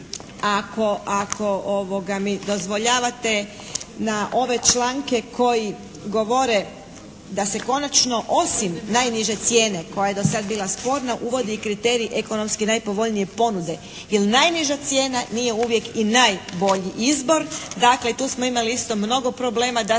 ako mi dozvoljavate na ove članke koji govore da se konačno osim najniže cijene koja je do sada bila sporna, uvodi kriterij ekonomski najpovoljnije ponude jer najniža cijena nije uvijek i najbolji izbor. Dakle tu smo imali isto mnogo problema da se